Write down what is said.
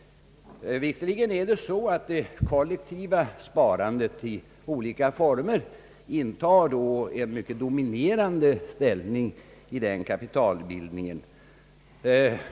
Visserligen intar det kollektiva sparandet i olika former en mycket dominerande ställning i den kapitalbildningen.